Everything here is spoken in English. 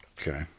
okay